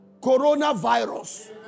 Coronavirus